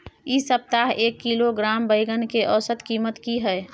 इ सप्ताह एक किलोग्राम बैंगन के औसत कीमत की हय?